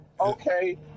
Okay